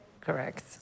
Correct